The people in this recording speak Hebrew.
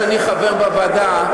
שאני חבר בוועדה,